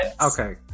Okay